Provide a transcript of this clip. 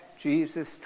Jesus